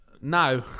No